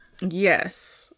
Yes